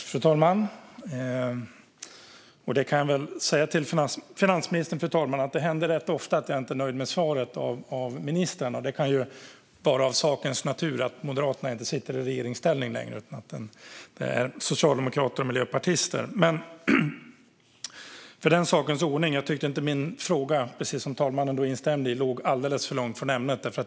Fru talman! Jag kan säga till finansministern att det händer rätt ofta att jag inte är nöjd med svaret jag får från ministern, och det kan ju ligga i sakens natur eftersom Moderaterna inte sitter i regeringsställning längre utan det i stället är socialdemokrater och miljöpartister som gör det. Men för den sakens skull tyckte jag inte att min fråga, vilket talmannen instämde i, låg alldeles för långt från ämnet.